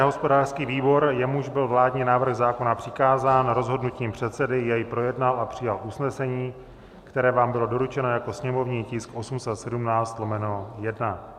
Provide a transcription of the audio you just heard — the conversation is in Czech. Hospodářský výbor, jemuž byl vládní návrh zákona přikázán rozhodnutím předsedy, jej projednal a přijal usnesení, které vám bylo doručeno jako sněmovní tisk 817/1.